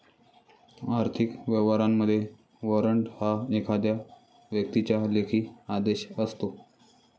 आर्थिक व्यवहारांमध्ये, वॉरंट हा एखाद्या व्यक्तीचा लेखी आदेश असतो